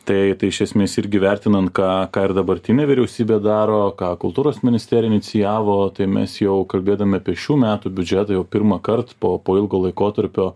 tai iš esmės irgi vertinant ką dabartinė vyriausybė daro ką kultūros ministerija inicijavo tai mes jau kalbėdami apie šių metų biudžetą jau pirmąkart po po ilgo laikotarpio